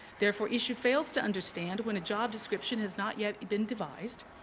therefore, issu fails to understand when a job description has not yet been devised,